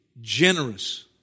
generous